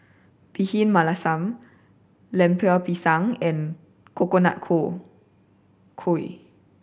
Bhindi Masala Lemper Pisang and Coconut Kuih